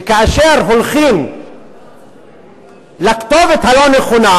וכאשר הולכים לכתובת הלא-נכונה,